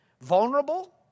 vulnerable